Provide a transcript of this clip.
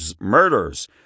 murders